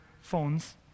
phones